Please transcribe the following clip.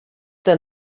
der